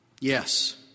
Yes